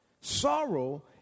Sorrow